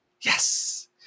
Yes